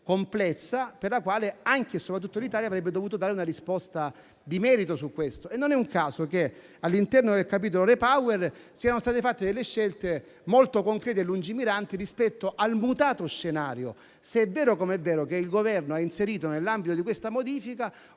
complessa, per la quale anche e soprattutto l'Italia avrebbe dovuto dare una risposta di merito. Non è un caso che all'interno del capitolo REPowerEU siano state fatte delle scelte molto concrete e lungimiranti rispetto al mutato scenario, se è vero come è vero che il Governo ha inserito nell'ambito di questa modifica